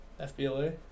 FBLA